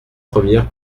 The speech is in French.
premières